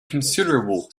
considerable